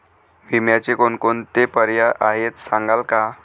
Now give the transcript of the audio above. विम्याचे कोणकोणते पर्याय आहेत सांगाल का?